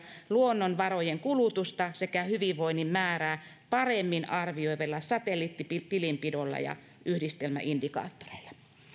luonnonvarojen kulutusta sekä hyvinvoinnin määrää paremmin arvioivalla satelliittitilinpidolla ja yhdistelmäindikaattoreilla